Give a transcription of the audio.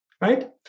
right